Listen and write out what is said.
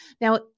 Now